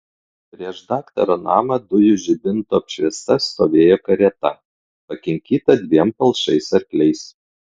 prieš daktaro namą dujų žibinto apšviesta stovėjo karieta pakinkyta dviem palšais arkliais